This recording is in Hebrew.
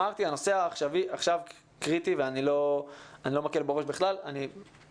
אמרתי שהנושא העכשווי עכשיו קריטי ואני לא מקל בו ראש בכלל ובאופן